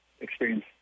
experience